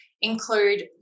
include